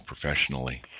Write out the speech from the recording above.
professionally